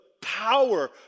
power